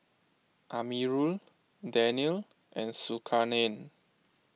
Amirul Daniel and Zulkarnain